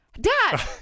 dad